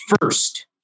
first